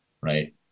Right